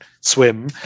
swim